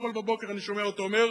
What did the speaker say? אתמול בבוקר אני שומע אותו אומר: